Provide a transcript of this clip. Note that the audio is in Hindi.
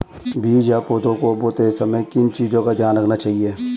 बीज या पौधे को बोते समय किन चीज़ों का ध्यान रखना चाहिए?